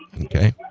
Okay